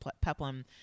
peplum